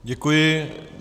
Děkuji.